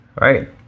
right